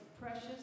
precious